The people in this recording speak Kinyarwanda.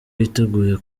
yiteguye